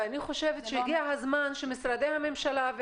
אני חושבת שהגיע הזמן שמשרדי הממשלה,